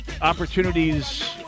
opportunities